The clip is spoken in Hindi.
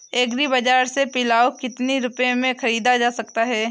एग्री बाजार से पिलाऊ कितनी रुपये में ख़रीदा जा सकता है?